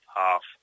half